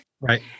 right